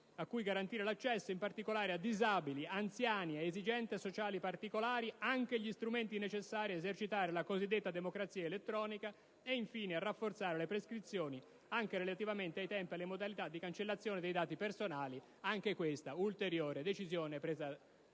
cui garantire l'accesso, in particolare a disabili, anziani e soggetti con esigenze sociali particolari, anche gli strumenti necessari ad esercitare la cosiddetta democrazia elettronica e, infine, di rafforzare le prescrizioni anche in ordine ai tempi e alle modalità di cancellazione dei dati personali (anche questa è un'ulteriore decisione presa